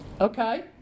okay